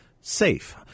safe